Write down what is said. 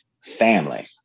family